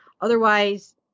Otherwise